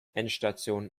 endstation